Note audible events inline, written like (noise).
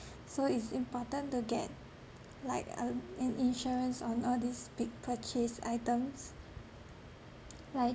so it's important to get like um an insurance on all these big purchase items (noise) like